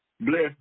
bless